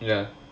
ya